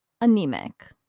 anemic